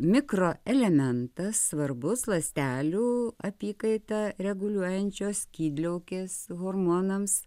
mikroelementas svarbus ląstelių apykaitą reguliuojančios skydliaukės hormonams